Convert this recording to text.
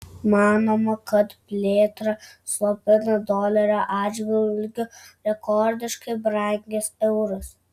manoma kad plėtrą slopina dolerio atžvilgiu rekordiškai brangęs euras